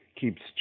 keeps